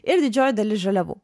ir didžioji dalis žaliavų